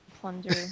Plunder